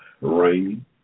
rain